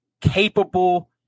capable